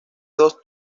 dos